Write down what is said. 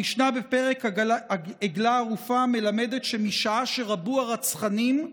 המשנה בפרק עגלה ערופה מלמדת שמשעה שרבו הרצחנים,